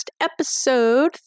episode